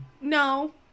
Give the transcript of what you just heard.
No